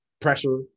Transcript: pressure